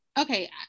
okay